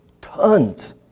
tons